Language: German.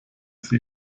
sie